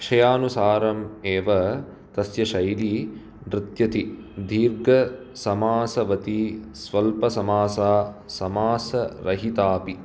विषयानुसारम् एव तस्य शैली नृत्यति दीर्घसमासवती स्वल्पसमासा समासरहितापि